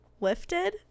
lifted